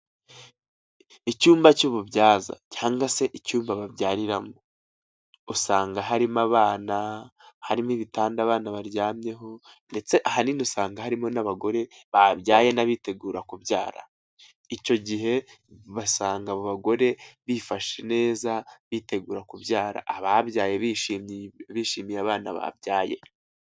Icyumba cy'ububyaza cyangwa se icyumba babyarira mo, usanga harimo abana, harimo ibitanda abana baryamyeho ndetse ahanini usanga harimo n'abagore babyaye n'abitegura kubyara, icyo gihe basanga abo bagore bifashe neza bitegura kubyara, ababyaye bishimye bishimiye abana babyaye.